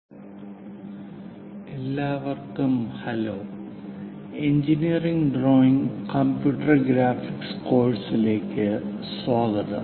പ്രഭാഷണം 03 എഞ്ചിനീയറിംഗ് ഡ്രോയിംഗിന്റെ ആമുഖം III എല്ലാവര്ക്കും hello engineering drawing computer graphics കോഴ്സിലേക്ക് സ്വാഗതം